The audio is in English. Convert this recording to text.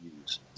use